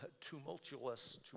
tumultuous